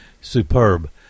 superb